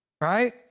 right